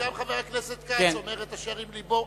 גם חבר הכנסת כץ אומר את אשר עם לבו.